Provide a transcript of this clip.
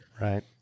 Right